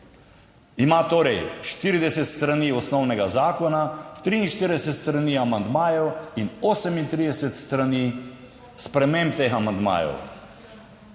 ima torej 40 strani osnovnega zakona, 43 strani amandmajev in 38 strani sprememb teh amandmajev.